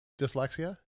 Dyslexia